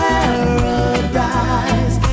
Paradise